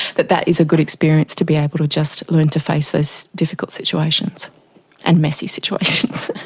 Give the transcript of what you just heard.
that that is a good experience to be able to just learn to face those difficult situations and messy situations.